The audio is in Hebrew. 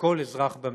לכל אזרח במדינה.